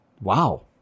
Wow